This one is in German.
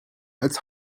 als